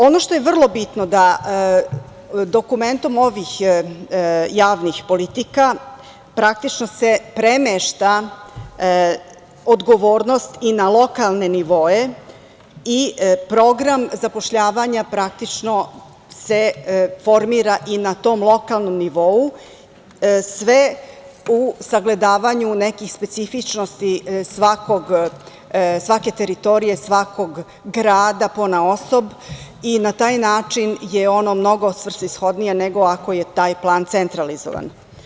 Ono što je vrlo bitno jeste da dokumentom ovih javnih politika praktično se premešta odgovornost i na lokalne nivoe i program zapošljavanja praktično se formira i na tom lokalnom nivou, sve u sagledavanju nekih specifičnosti svake teritorije, svakog grada ponaosob i na taj način je ono mnogo svrsishodnije nego ako je taj plan centralizovan.